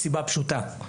מסיבה פשוטה.